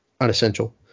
unessential